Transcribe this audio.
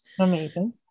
Amazing